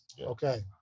Okay